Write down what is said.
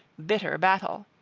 bitter battle.